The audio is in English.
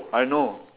I know